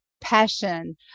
passion